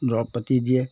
দৰৱ পাতি দিয়ে